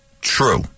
True